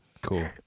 Cool